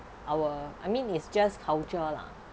our I mean it's just culture lah